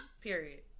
Period